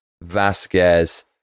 Vasquez